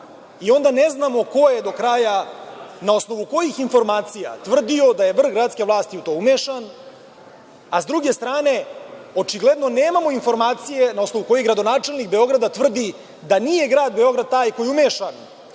i onda ne znamo ko je do kraja, na osnovu kojih informacija, tvrdio da je vrh gradske vlasti u to umešan, a s druge strane, očigledno nemamo informacije na osnovu kojih gradonačelnik Beograda tvrdi da nije grad Beograd taj koji je umešan